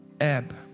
Ebb